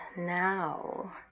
now